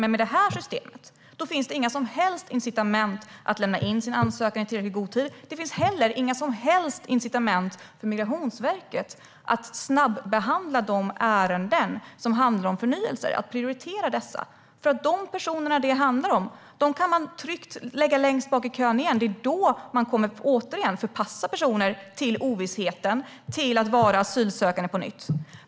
Men med regeringens system finns det inga som helst incitament att lämna in sin ansökan i tid. Det finns inte heller några som helst incitament för Migrationsverket att prioritera och snabbehandla de ärenden som handlar om förnyelser. De personer det handlar om kan man tryggt flytta längst bak i kön igen och åter förpassa till ovissheten och till att vara asylsökande på nytt.